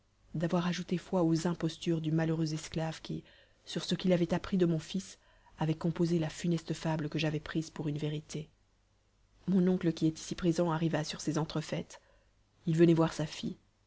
d'avoir ajouté foi aux impostures du malheureux esclave qui sur ce qu'il avait appris de mon fils avait composé la funeste fable que j'avais prise pour une vérité mon oncle qui est ici présent arriva sur ces entrefaites il venait voir sa fille